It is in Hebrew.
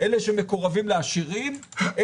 שמקורבים לעשירים,